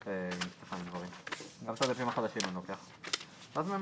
גורמי הממשלה ולאחר מכן קיבלתם את ההערה שלנו וצמצמתם את זה רק